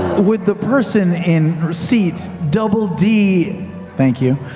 would the person in seat double d thank you.